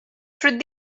through